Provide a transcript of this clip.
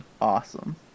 Awesome